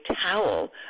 towel